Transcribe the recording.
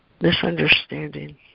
misunderstanding